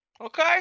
Okay